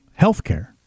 healthcare